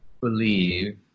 believe